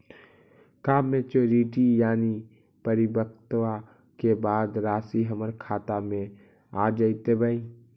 का मैच्यूरिटी यानी परिपक्वता के बाद रासि हमर खाता में आ जइतई?